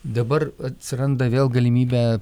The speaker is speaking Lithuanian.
dabar atsiranda vėl galimybę